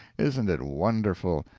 isn't it wonderful?